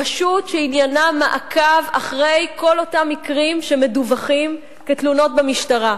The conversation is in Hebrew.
רשות שעניינה מעקב אחרי כל אותם מקרים שמדווחים כתלונות במשטרה.